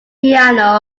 piano